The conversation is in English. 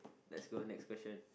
let's go to next question